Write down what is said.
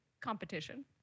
competition